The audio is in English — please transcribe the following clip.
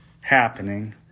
happening